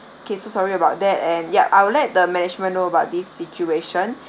okay so sorry about that and yup I would let the management know about this situation